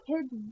kids